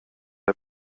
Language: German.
der